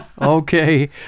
Okay